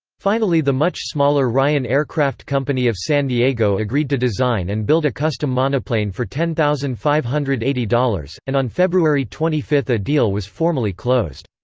finally the much smaller ryan aircraft company of san diego agreed to design and build a custom monoplane for ten thousand five hundred and eighty dollars, and on february twenty five a deal was formally closed.